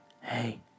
Hey